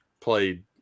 played